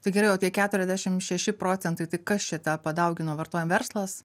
tai gerai o tie keturiasdešim šeši procentai tai kas čia tą padaugino vartojim verslas